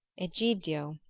egidio,